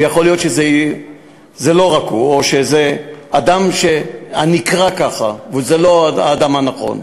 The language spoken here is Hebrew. ויכול להיות שזה לא רק הוא או שזה אדם הנקרא ככה וזה לא האדם הנכון.